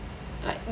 like